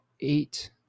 eight